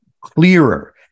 clearer